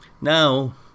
now